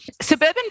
Suburban